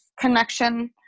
connection